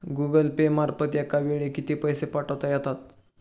Google Pay मार्फत एका वेळी किती पैसे पाठवता येतात?